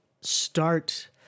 start